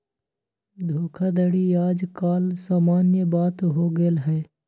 धोखाधड़ी याज काल समान्य बात हो गेल हइ